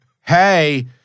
hey